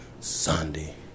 Sunday